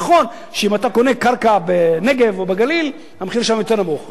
נכון שאם אתה קונה קרקע בנגב או בגליל המחיר שם יותר נמוך,